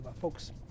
Folks